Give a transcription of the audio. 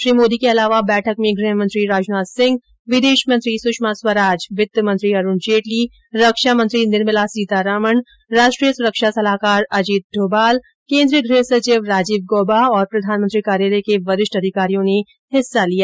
श्री मोदी के अलावा बैठक में गृह मंत्री राजनाथ सिंह विदेश मंत्री सुषमा स्वराज वित्त मंत्री अरूण जेटली रक्षा मंत्री निर्मला सीतारमण राष्ट्रीय सुरक्षा सलाहकार अजित डोभाल केंद्रीय गृह सचिव राजीव गौवा और प्रधानमंत्री कार्यालय के वरिष्ठ अधिकारियों ने हिस्सा लिया